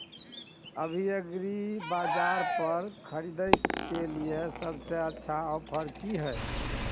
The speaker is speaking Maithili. अभी एग्रीबाजार पर खरीदय के लिये सबसे अच्छा ऑफर की हय?